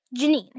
Janine